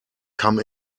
come